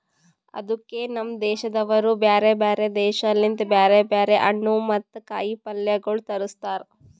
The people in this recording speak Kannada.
ಅದುಕೆ ನಮ್ ದೇಶದವರು ಬ್ಯಾರೆ ಬ್ಯಾರೆ ದೇಶ ಲಿಂತ್ ಬ್ಯಾರೆ ಬ್ಯಾರೆ ಹಣ್ಣು ಮತ್ತ ಕಾಯಿ ಪಲ್ಯಗೊಳ್ ತರುಸ್ತಾರ್